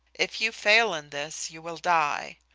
if you fail in this, you will die.